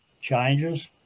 changes